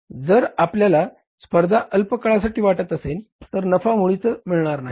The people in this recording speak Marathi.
जर आपल्याला स्पर्धा अल्प काळासाठी वाटत असेल तर नफा मुळीच मिळणार नाही